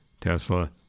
Tesla